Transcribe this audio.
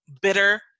bitter